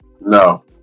No